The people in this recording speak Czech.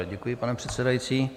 Děkuji, pane předsedající.